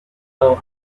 usado